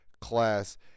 class